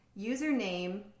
Username